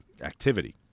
activity